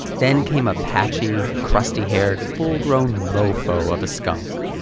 then came a patchy, crusty haired, full grown mofo of a skunk.